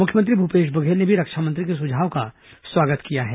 मुख्यमंत्री भूपेश बघेल ने भी रक्षामंत्री के सुझाव का स्वागत किया है